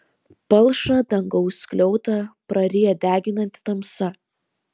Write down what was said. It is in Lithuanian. palšą dangaus skliautą praryja deginanti tamsa